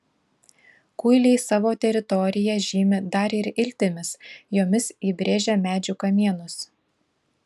kuiliai savo teritoriją žymi dar ir iltimis jomis įbrėžia medžių kamienus